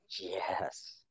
Yes